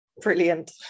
Brilliant